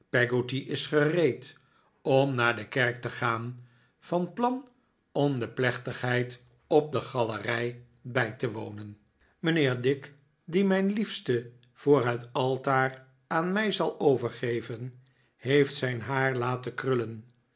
om naar de kerk te gaan van plan om de plechtigheid op de galerij bij te wonen mijnheer dick die mijn liefste voor het altaar aan mij zal overgeven heeft zijn haar laten krullen